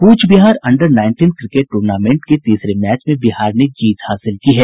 कूच Behar under nineteen cricket tournament के तीसरे match में बिहार ने जीत हासिल की है